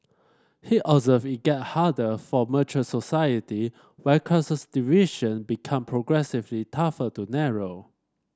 he observed it get harder for mature society where class division become progressively tougher to narrow